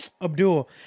Abdul